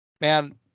Man